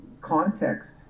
context